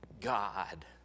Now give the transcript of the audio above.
God